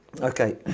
okay